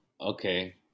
Okay